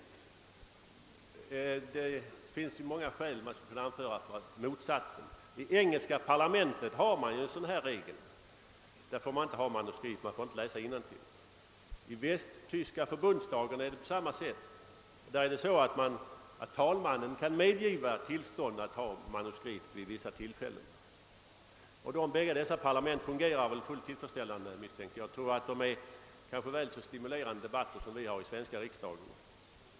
Man skulle kunna anföra många skäl för motsatsen. I engelska parlamentet finns en sådan här regel. Där får ledamöterna inte ha manuskript och får inte läsa innantill. I västtyska förbundsdagen är det på samma sätt. Där kan talmannen vid vissa tillfällen ge tillstånd för talare att ha manuskript. De båda nämnda parlamenten får väl antas fungera tillfredsställande. Jag tror att man där har väl så stimulerande debatter som vi har i den svenska riksdagen.